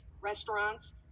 restaurants